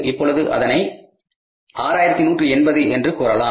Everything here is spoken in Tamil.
இப்பொழுது அதனை 6180 என்று கூறலாம்